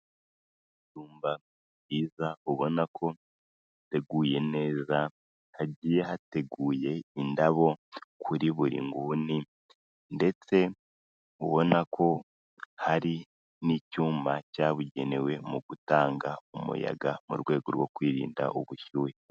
Icumba kiza ubona ko giteguye neza hagiye hateguye indabo kuri buri nguni, ndetse ubona ko hari n'icyuma cyabugenewe mu gutanga umuyaga mu rwego rwo kwirinda ubushyuhe.